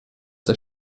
der